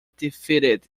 defeated